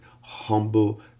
Humble